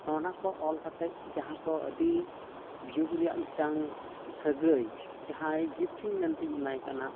ᱱᱚᱜᱼᱚ ᱱᱟᱠᱚ ᱚᱞ ᱠᱟᱛᱮᱫ ᱡᱟᱦᱟᱸᱠᱚ ᱟᱹᱰᱤ ᱡᱩᱜᱽ ᱨᱮᱭᱟᱜ ᱢᱤᱫᱴᱟᱝ ᱥᱟᱹᱜᱟᱹᱭ ᱡᱟᱦᱟᱭ ᱜᱤᱯᱷᱴᱷᱤᱝ ᱢᱮᱱᱛᱮᱧ ᱮᱢᱟᱭ ᱠᱟᱱᱟ